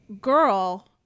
girl